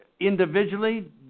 individually